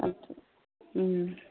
ꯑꯗꯨ ꯎꯝ